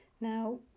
now